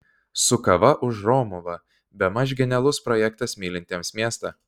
su kava už romuvą bemaž genialus projektas mylintiems miestą